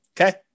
Okay